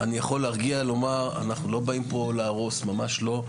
אני יכול להרגיע ולומר: אנחנו לא באים פה להרוס; ממש לא.